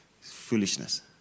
foolishness